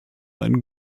einen